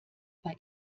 bei